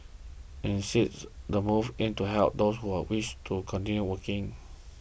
instead the move aims to help those who wish to continue working